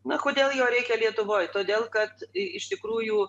na kodėl jo reikia lietuvoj todėl kad iš tikrųjų